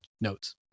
notes